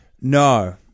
No